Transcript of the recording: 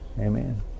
Amen